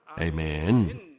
Amen